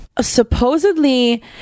supposedly